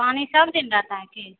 पानी सब दिन रहता है कि